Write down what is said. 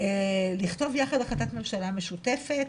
- לכתוב יחד החלטת ממשלה משותפת,